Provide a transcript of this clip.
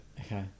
Okay